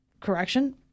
correction